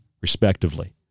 respectively